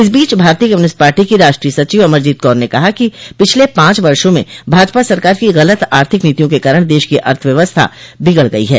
इस बीच भारतीय कम्युनिस्ट पार्टी की राष्ट्रीय सचिव अमरजीत कौर ने कहा है कि पिछले पांच वर्षो में भाजपा सरकार की गलत आर्थिक नीतियों के कारण देश की अर्थव्यवस्था बिगाड़ गई है